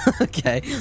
Okay